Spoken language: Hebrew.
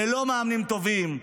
ללא מאמנים טובים,